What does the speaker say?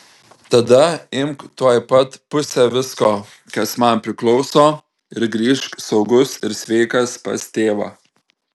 tada imk tuoj pat pusę visko kas man priklauso ir grįžk saugus ir sveikas pas tėvą